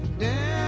down